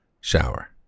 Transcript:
shower